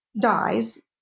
dies